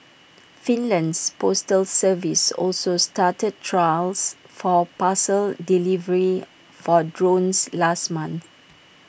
Finland's postal service also started trials for parcel delivery for drones last month